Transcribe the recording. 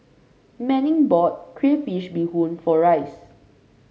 Manning bought Crayfish Beehoon for Rice